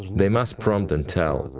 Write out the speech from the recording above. they must prompt and tell.